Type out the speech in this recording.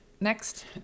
Next